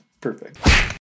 Perfect